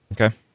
Okay